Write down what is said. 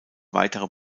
weitere